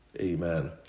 Amen